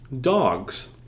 dogs